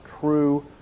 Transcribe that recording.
true